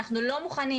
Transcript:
אנחנו לא מוכנים,